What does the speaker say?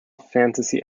fantasy